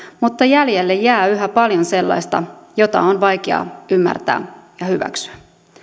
mutta jäljelle jää yhä paljon sellaista mitä on vaikea ymmärtää ja hyväksyä